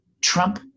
Trump